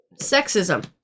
Sexism